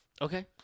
Okay